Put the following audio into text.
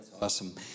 awesome